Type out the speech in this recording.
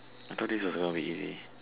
I thought this was gonna be easy